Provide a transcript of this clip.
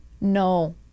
no